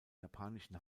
japanischen